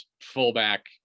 fullback